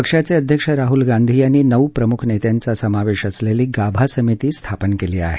पक्षाचे अध्यक्ष राहल गांधी यांनी नऊ प्रमुख नेत्यांचा समावेश असलेली गाभा समिती स्थापन केली आहे